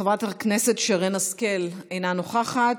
חברת הכנסת שרן השכל, אינה נוכחת.